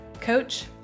coach